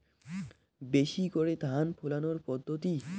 বেশি করে ধান ফলানোর পদ্ধতি?